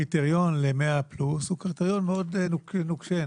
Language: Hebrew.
הקריטריון ל-100 פלוס הוא קריטריון מאוד נוקשה,